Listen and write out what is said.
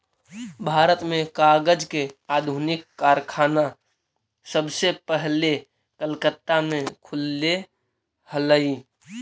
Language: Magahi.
भारत में कागज के आधुनिक कारखाना सबसे पहले कलकत्ता में खुलले हलइ